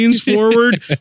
forward